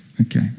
okay